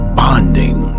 bonding